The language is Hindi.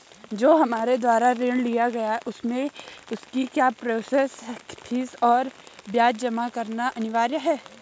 जो हमारे द्वारा ऋण लिया गया है उसमें उसकी प्रोसेस फीस और ब्याज जमा करना अनिवार्य है?